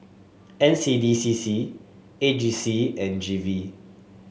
N C D C C A G C and G V